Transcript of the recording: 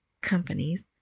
companies